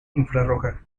infrarroja